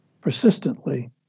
persistently